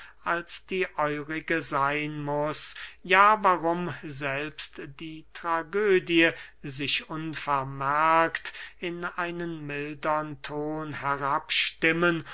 als die eurige seyn muß ja warum selbst die tragödie sich unvermerkt in einen mildern ton